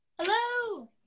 hello